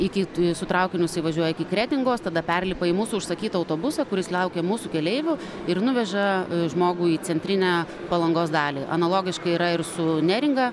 iki su traukiniu jisai važiuoja iki kretingos tada perlipa į mūsų užsakytą autobusą kuris laukia mūsų keleivių ir nuveža žmogų į centrinę palangos dalį analogiškai yra ir su neringa